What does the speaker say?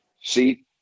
see